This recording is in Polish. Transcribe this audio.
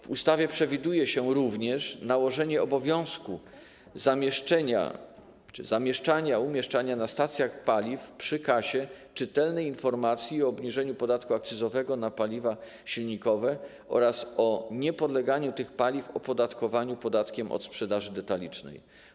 W ustawie przewiduje się również nałożenie obowiązku zamieszczania na stacjach paliw, przy kasie, czytelnej informacji o obniżeniu podatku akcyzowego na paliwa silnikowe oraz o niepodleganiu tych paliw opodatkowaniu podatkiem od sprzedaży detalicznej.